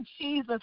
Jesus